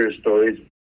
stories